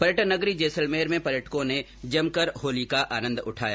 पर्यटन नगरी जैसलमेर में पर्यटकों ने जमकर होली का आनन्द उठाया